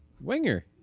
winger